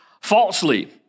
falsely